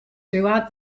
throughout